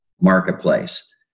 marketplace